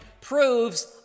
proves